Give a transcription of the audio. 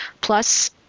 plus